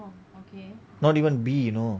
not even B you know